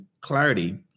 clarity